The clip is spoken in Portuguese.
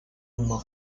uma